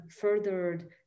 furthered